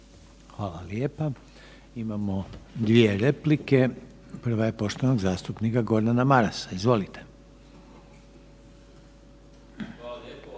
Hvala lijepo. Imamo dvije replike. Prva je poštovanog zastupnika Gordana Marasa. Izvolite. **Maras,